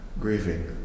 grieving